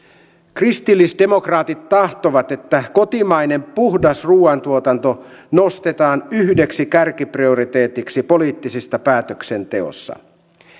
kristillisdemokraatit tahtovat että kotimainen puhdas ruuantuotanto nostetaan yhdeksi kärkiprioriteetiksi poliittisessa päätöksenteossa